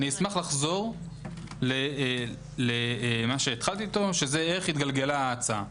אשמח לחזור למה שהתחלתי איתו איך התגלגלה ההצעה.